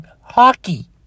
hockey